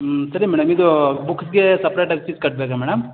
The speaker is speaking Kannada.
ಹ್ಞೂ ಸರಿ ಮೇಡಮ್ ಇದು ಬುಕ್ಗೆ ಸಪ್ರೇಟ್ ಆಗಿ ಫೀಸ್ ಕಟ್ಟಬೇಕಾ ಮೇಡಮ್